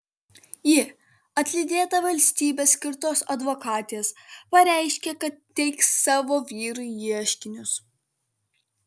ji atlydėta valstybės skirtos advokatės pareiškė kad teiks savo vyrui ieškinius